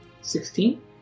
Sixteen